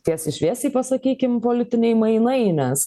tiesiai šviesiai pasakykim politiniai mainai nes